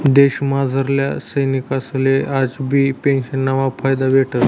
देशमझारल्या सैनिकसले आजबी पेंशनना फायदा भेटस